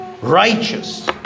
righteous